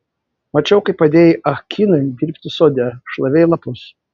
mačiau kaip padėjai ah kinui dirbti sode šlavei lapus